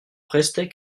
restait